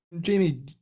Jamie